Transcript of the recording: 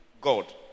god